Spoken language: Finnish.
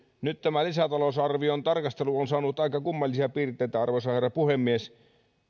nyt tämä lisätalousarvion tarkastelu on saanut aika kummallisia piirteitä arvoisa herra puhemies